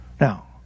Now